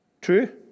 True